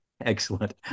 Excellent